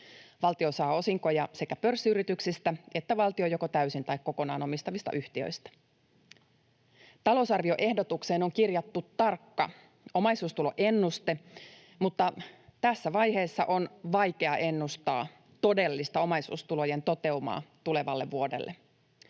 Valtio saa osinkoja sekä pörssiyrityksistä että valtion joko täysin tai kokonaan omistamista yhtiöistä. Talousarvioehdotukseen on kirjattu tarkka omaisuustuloennuste, mutta tässä vaiheessa on vaikea ennustaa todellista omaisuustulojen toteumaa tulevalle vuodelle.